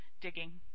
digging